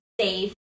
safe